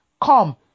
Come